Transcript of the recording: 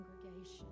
congregation